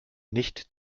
nicht